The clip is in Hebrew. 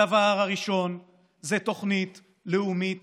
הדבר הראשון זה תוכנית לאומית